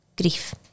grief